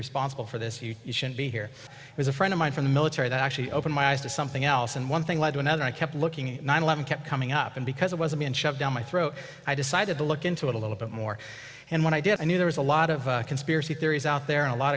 responsible for this you shouldn't be here as a friend of mine from the military that actually opened my eyes to something else and one thing led to another i kept looking at nine eleven kept coming up and because it was a me and shoved down my throat i decided to look into it a little bit more and when i did i knew there was a lot of conspiracy theories out there a